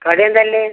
കടി എന്താ ഇല്ലേ